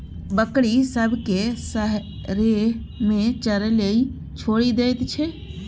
बकरी सब केँ सरेह मे चरय लेल छोड़ि दैत छै